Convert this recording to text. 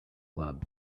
club